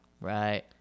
Right